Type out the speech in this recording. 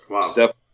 step